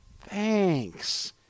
thanks